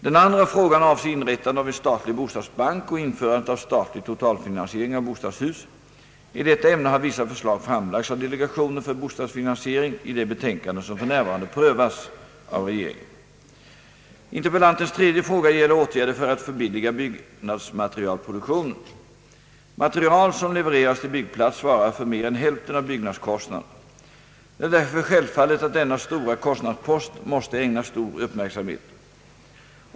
Den andra frågan avser inrättandet av en statlig bostadsbank och införandet av statlig totalfinansiering av bostadshus. I detta ämne har vissa förslag framlagts av delegationen för bostadsfinansiering i det betänkande som f.n. prövas av regeringen. Interpellantens tredje fråga gäller åtgärder för att förbilliga byggnadsmaterialproduktionen. Material som levereras till byggplats svarar för mer än hälften av byggnadskostnaderna. Det är därför självfallet att denna stora kostnadspost måste ägnas stor uppmärksamhet.